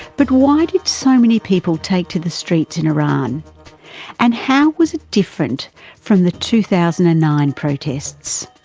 but why did so many people take to the streets in iran and how was it different from the two thousand and nine protests?